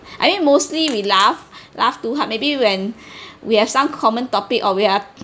I think mostly we laugh laugh too hard maybe when we have some common topic or we are